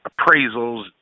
appraisals